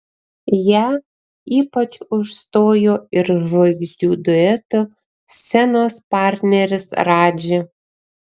ją ypač užstojo ir žvaigždžių duetų scenos partneris radži